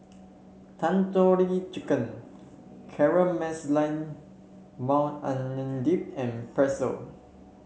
Tandoori Chicken Caramelized Maui Onion Dip and Pretzel